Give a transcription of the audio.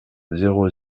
zéro